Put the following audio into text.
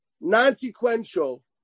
non-sequential